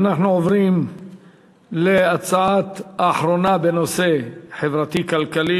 אנחנו עוברים להצעה האחרונה בנושא החברתי-כלכלי,